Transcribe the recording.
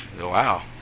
Wow